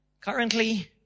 Currently